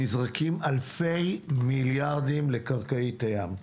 נזרקים אלפים מיליארדי לקרקעית הים,